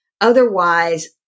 Otherwise